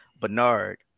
Bernard